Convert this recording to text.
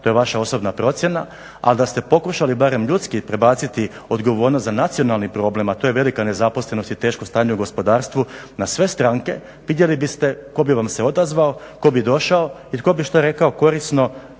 to je vaša osobna procjena. Ali da ste pokušali barem ljudski prebaciti odgovornost za nacionalni problem, a to je velika nezaposlenost i teško stanje u gospodarstvu na sve stranke vidjeli biste tko bi vam se odazvao, tko bi došao i tko bi što rekao korisno